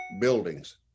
buildings